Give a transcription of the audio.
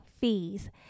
fees